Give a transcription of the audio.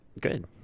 good